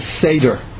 Seder